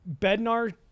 Bednar